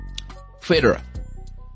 Federer